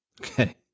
Okay